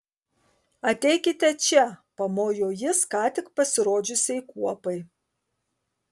ateikite čia pamojo jis ką tik pasirodžiusiai kuopai